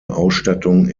ausstattung